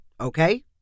okay